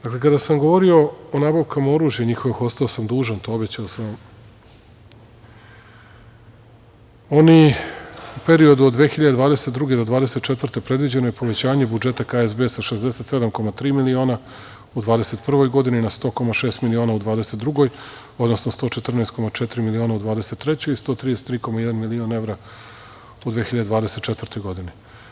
Dakle, kada sam govorio o nabavku oružja, ostao sam dužan, obećao sam vam, oni u periodu od 2022. do 2024. godine predviđeno je povećanje budžeta KSB sa 67,3 miliona u 2021. godini na 100,6 miliona u 2022. godini, odnosno 114,4 miliona u 2023. godini, i 133,1 milion evra u 2024. godini.